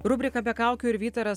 rubrika be kaukių ir vytaras